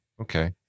Okay